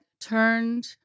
turned